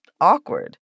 awkward